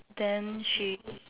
then she